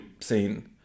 scene